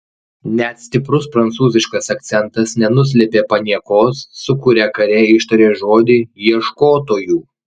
net stiprus prancūziškas akcentas nenuslėpė paniekos su kuria karė ištarė žodį ieškotojų